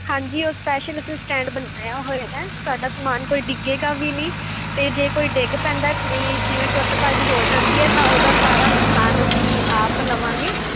ਹਾਂਜੀ ਉਹ ਸਪੈਸ਼ਲ ਅਸੀਂ ਸੈਂਟਡ ਬਣਾਇਆ ਹੋਇਆ ਤੁਹਾਡਾ ਸਮਾਨ ਕੋਈ ਡਿੱਗੇਗਾ ਵੀ ਨਹੀਂ ਅਤੇ ਜੇ ਕੋਈ ਡਿੱਗ ਪੈਂਦਾ ਕੋਈ ਜਿਵੇਂ ਟੁੱਟ ਭੱਜ ਹੋ ਜਾਂਦੀ ਹੈ ਤਾਂ ਉਹਦਾ ਸਾਰਾ ਨੁਕਸਾਨ ਅਸੀਂ ਆਪ ਲਵਾਂਗੇ